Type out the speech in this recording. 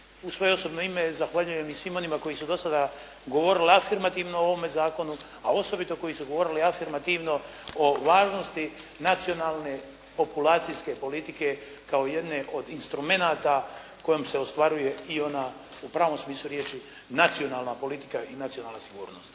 u svoje osobno ime zahvaljujem i svima onima koji su do sada govorili afirmativno o ovome zakonu, a osobito koji su govorili afirmativno o važnosti nacionalne populacijske politike kao jedne od instrumenata kojom se ostvaruje i ona u pravom smislu riječi nacionalna politika i nacionalna sigurnost.